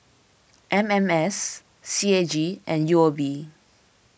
M M S C A G and U O B